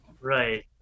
right